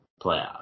playoffs